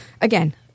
again